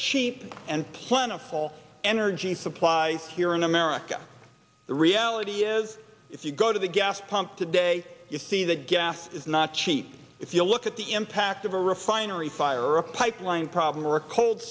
cheap and plentiful energy supply here in america the reality is if you go to the gas pump today you see that gas is not cheap if you look at the impact of a refinery fire or a pipeline problem or a cold